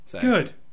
Good